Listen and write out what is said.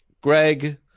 Greg